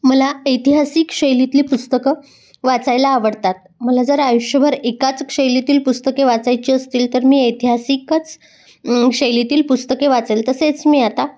मला ऐतिहासिक शैलीतील पुस्तकं वाचायला आवडतात मला जर आयुष्यभर एकाच शैलीतील पुस्तके वाचायची असतील तर मी ऐतिहासिकच शैलीतील पुस्तके वाचेल तसेच मी आता